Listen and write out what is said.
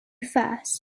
first